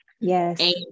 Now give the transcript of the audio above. Yes